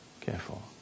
careful